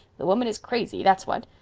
the woman is crazy, that's what.